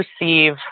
receive